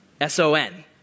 S-O-N